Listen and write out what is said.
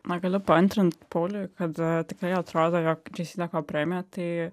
na galiu paantrint pauliui kada tikrai atrodo jog džeisideko premija tai